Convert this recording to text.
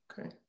Okay